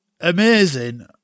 amazing